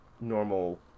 normal